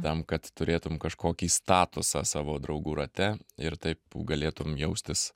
tam kad turėtum kažkokį statusą savo draugų rate ir taip galėtum jaustis